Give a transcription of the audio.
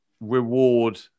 reward